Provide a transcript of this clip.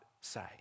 say